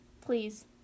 please